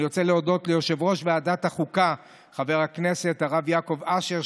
אני רוצה להודות ליושב-ראש ועדת החוקה חבר הכנסת הרב יעקב אשר,